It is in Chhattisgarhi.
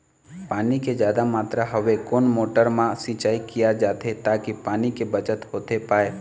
पानी के जादा मात्रा हवे कोन मोटर मा सिचाई किया जाथे ताकि पानी के बचत होथे पाए?